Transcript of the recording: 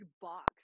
box